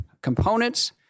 components